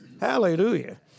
Hallelujah